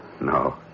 No